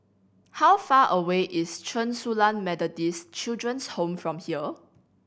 how far away is Chen Su Lan Methodist Children's Home from here